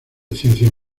ciencias